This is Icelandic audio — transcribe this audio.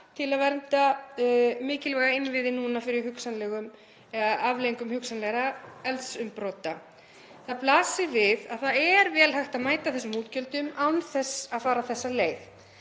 til að vernda mikilvæga innviði núna fyrir afleiðingum hugsanlegra eldsumbrota. Það blasir við að það er vel hægt að mæta þessum útgjöldum án þess að fara þessa leið